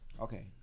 Okay